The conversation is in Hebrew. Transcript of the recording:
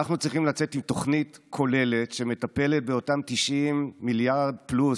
אנחנו צריכים לצאת עם תוכנית כוללת שמטפלת באותם 90 מיליארד פלוס,